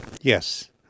Yes